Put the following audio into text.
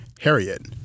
Harriet